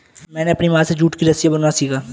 मैंने अपनी माँ से जूट की रस्सियाँ बुनना सीखा